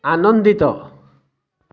ଆନନ୍ଦିତ